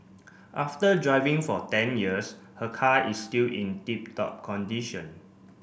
after driving for ten years her car is still in tip top condition